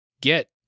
get